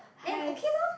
then okay lor